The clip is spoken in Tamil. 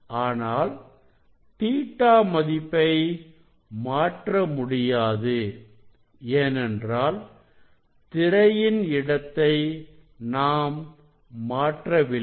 ஆனால் Ɵ மதிப்பை மாற்ற முடியாது ஏனென்றால் திரையின் இடத்தை நாம் மாற்றவில்லை